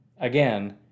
Again